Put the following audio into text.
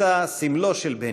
הייתה סמלו של בני.